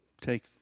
take